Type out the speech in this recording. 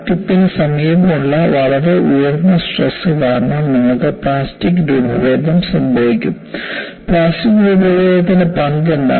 crack ടിപ്പിന് സമീപമുള്ള വളരെ ഉയർന്ന സ്ട്രെസ് കാരണം നമുക്ക് പ്ലാസ്റ്റിക് രൂപഭേദം സംഭവിക്കും പ്ലാസ്റ്റിക് രൂപഭേദത്തിന്റെ പങ്ക് എന്താണ്